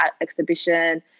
exhibition